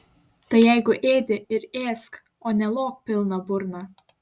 tai jeigu ėdi ir ėsk o ne lok pilna burna